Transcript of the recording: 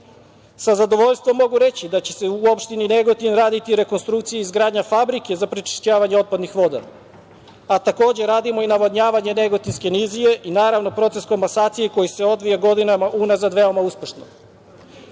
zadovoljstvom mogu reći da će se u opštini Negotin raditi rekonstrukcija i izgradnja fabrike za prečišćavanje otpadnih voda, a takođe radimo i navodnjavanje Negotinske nizije i naravno proces komasacije koji se odvija godinama unazad veoma uspešno. Na